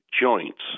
joints